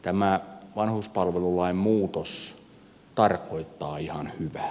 tämä vanhuspalvelulain muutos tarkoittaa ihan hyvää